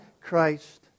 Christ